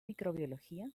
microbiología